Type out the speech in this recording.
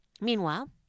Meanwhile